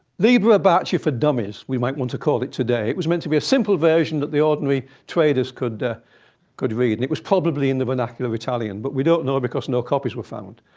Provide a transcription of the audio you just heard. liber abaci for dummies, we might want to call it today. it was meant to be a simple version that the ordinary traders could could read. and it was probably in the vernacular of italian, but we don't know because no copies were found.